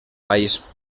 país